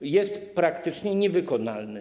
jest praktycznie niewykonalny.